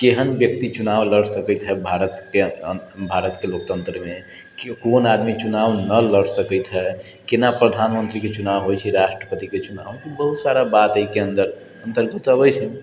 केहन व्यक्ति चुनाव लड़ सकैत है भारतके अन भारतके लोकतन्त्रमे कोन आदमी चुनाव नहि लड़ सकैत है केना प्रधानमन्त्रीके चुनाव होइत छै राष्ट्रपतिके चुनाव बहुत सारा बात एहिके अन्दर अन्तर्गत अबैत छै